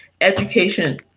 education